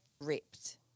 ripped